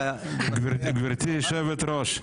גברתי יושבת הראש,